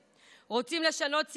רוצים לשנות סדרי מדינה?